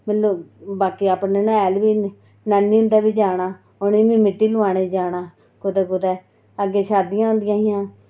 बाकी अपने ननिहाल बी अपने नानी होंदे बी जाना ते उ'नें बी मित्ती लोआनै गी जाना कुतै कुतै अग्गें शादियां होंदियां हियां